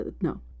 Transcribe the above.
no